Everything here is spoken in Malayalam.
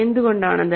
എന്തുകൊണ്ടാണത്